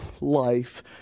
life